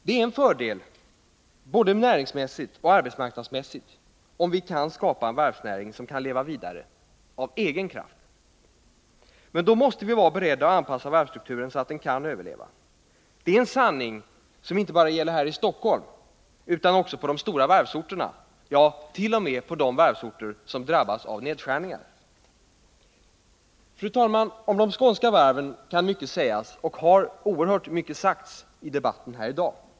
Det är en fördel, både näringsmässigt och arbetsmarknadsmässigt, om vi kan skapa en varvsnäring som kan leva vidare av egen kraft. Men då måste vi vara beredda att anpassa varvsstrukturen så att näringen kan överleva. Det är en sanning som gäller inte bara här i Stockholm utan också på de stora varvsorterna, ja, t.o.m. på de varvsorter som drabbas av nedskärningar. Fru talman! Om de skånska varven kan mycket sägas och har oerhört mycket sagts i debatten här i dag.